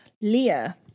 Leah